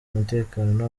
umutekano